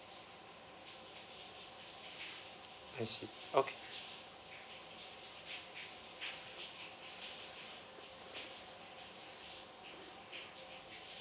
I see okay